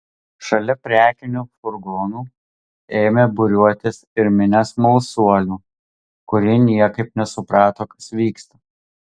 šalia prekinių furgonų ėmė būriuotis ir minia smalsuolių kurie niekaip nesuprato kas vyksta